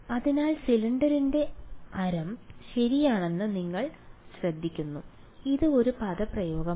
അതിനാൽ സിലിണ്ടറിന്റെ ആരം ശരിയാണെന്ന് നിങ്ങൾ ശ്രദ്ധിക്കുന്നു ഇത് ഒരു പദപ്രയോഗമാണ്